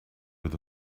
with